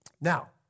Now